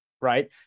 right